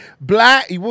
black